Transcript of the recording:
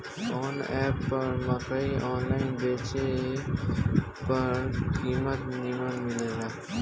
कवन एप पर मकई आनलाइन बेची जे पर कीमत नीमन मिले?